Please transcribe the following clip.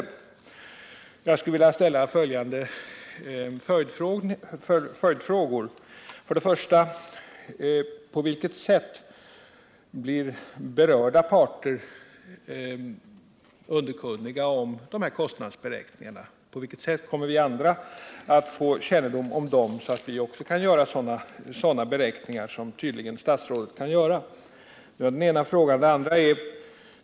Jag skulle vilja ställa följande följdfrågor: 1. På vilket sätt blir berörda parter underkunniga om de här kostnadsbe räkningarna? På vilket sätt kommer vi andra att få kännedom om dem, så att vi kan göra sådana beräkningar som tydligen statsrådet kan göra? 2.